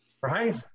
right